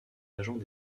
agents